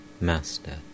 Master